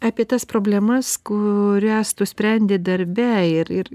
apie tas problemas kurias tu sprendi darbe ir ir